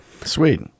Sweet